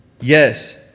yes